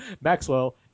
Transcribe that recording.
Maxwell